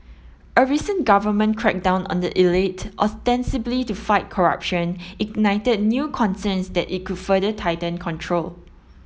a recent government crackdown on the elite ostensibly to fight corruption ignited new concerns that it could further tighten control